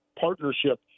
partnership